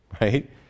Right